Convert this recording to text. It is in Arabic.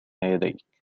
يديك